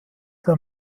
der